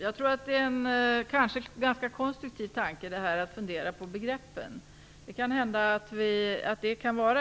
Fru talman! Jag tror att detta med att fundera på begreppen är en ganska konstruktiv tanke.